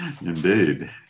indeed